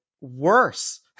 worse